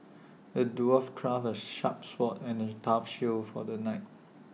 the dwarf crafted A sharp sword and A tough shield for the knight